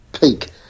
peak